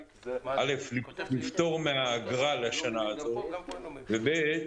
א' לפטור מהאגרה לשנה הזו וב'